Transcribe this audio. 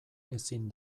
ezin